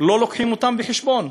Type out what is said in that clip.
לא מביאים אותם בחשבון,